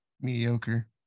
mediocre